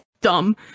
dumb